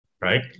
right